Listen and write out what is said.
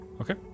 Okay